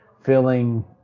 feeling